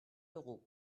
d’euros